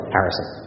Harrison